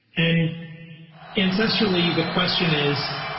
and ancestrally, the question is,